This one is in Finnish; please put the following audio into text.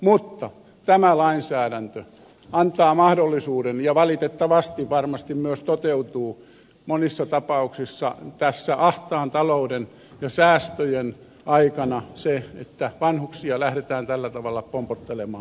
mutta tämä lainsäädäntö antaa mahdollisuuden siihen ja valitettavasti se varmasti myös toteutuu monissa tapauksissa tänä ahtaan talouden ja säästöjen aikana että vanhuksia lähdetään tällä tavalla pompottelemaan